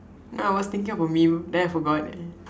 no I was thinking of a then I forgot yeah